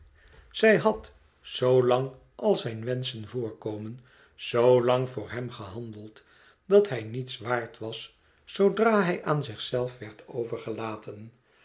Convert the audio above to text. zij had zoo lang al zijn wenschen voorkomen zoolang voor hem gehandeld dat hij niets waard was zoodra hij aan zich zelf werd overgelaten